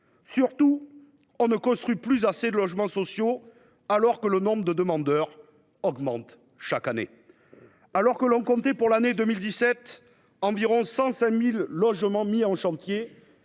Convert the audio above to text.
Surtout, on ne construit plus assez de logements sociaux, alors même que le nombre de demandeurs augmente chaque année : si l’on comptait, pour l’année 2017, environ 105 000 logements mis en chantier,